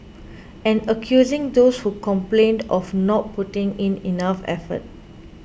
and accusing those who complained of not putting in enough effort